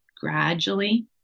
Gradually